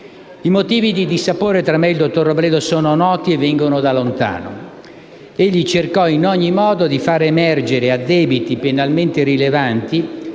I motivi di dissapore tra me e il dottor Robledo sono noti e vengono da lontano. Egli cercò in ogni modo di far emergere addebiti penalmente rilevanti